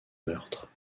meurtre